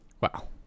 Wow